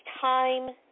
time